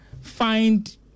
find